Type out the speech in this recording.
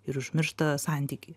ir užmiršta santykį